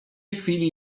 chwili